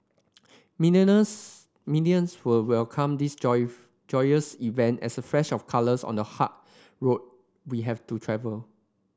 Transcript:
millions will welcome this joyous event as a flash of colours on the hard road we have to travel